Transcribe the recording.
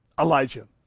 Elijah